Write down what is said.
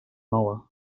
nova